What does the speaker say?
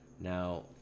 Now